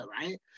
right